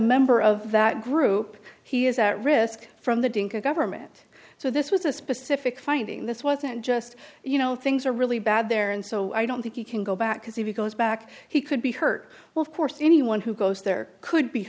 member of that group he is at risk from the government so this was a specific finding this wasn't just you know things are really bad there and so i don't think you can go back because if he goes back he could be hurt well of course anyone who goes there could be